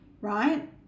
right